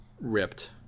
ripped